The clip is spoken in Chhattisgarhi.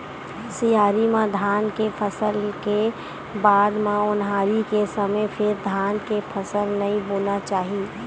सियारी म धान के फसल ले के बाद म ओन्हारी के समे फेर धान के फसल नइ बोना चाही